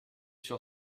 sur